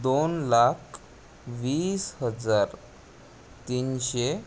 दोन लाख वीस हजार तीनशे